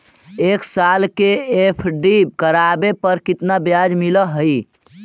एक साल के एफ.डी करावे पर केतना ब्याज मिलऽ हइ?